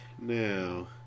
now